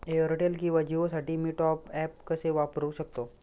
Airtel किंवा जिओसाठी मी टॉप ॲप कसे करु शकतो?